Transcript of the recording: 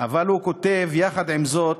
אבל הוא כתב: יחד עם זאת,